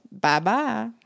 Bye-bye